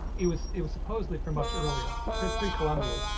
it was, it was supposedly from much earlier pre pre columbian.